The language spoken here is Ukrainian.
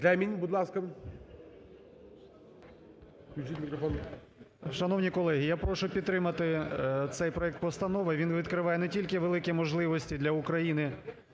Шановні колеги, я прошу підтримати цей проект постанови. Він відкриває не тільки великі можливості для України